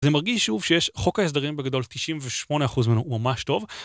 זה מרגיש שוב שיש חוק ההסדרים בגדול 98% ממנו הוא ממש טוב